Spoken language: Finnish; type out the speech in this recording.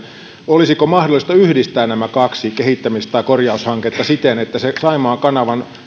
olisiko mahdollista yhdistää nämä kaksi kehittämis tai korjaushanketta siten että saimaan kanavan